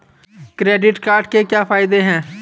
Credit card के क्या फायदे हैं?